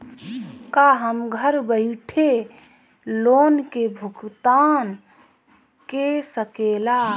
का हम घर बईठे लोन के भुगतान के शकेला?